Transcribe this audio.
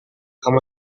kamu